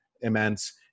immense